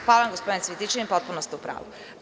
Hvala vam gospodine Cvetićanin, potpuno ste u pravu.